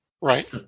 Right